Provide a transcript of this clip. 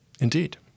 Indeed